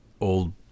old